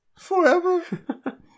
forever